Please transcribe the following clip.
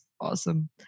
Awesome